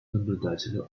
наблюдателю